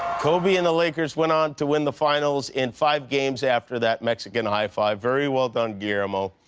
kobe and the lakers went on to win the finals in five games after that mexican high five. very well done, guillermo.